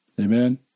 Amen